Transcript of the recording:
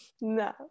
no